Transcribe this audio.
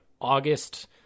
August